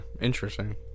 interesting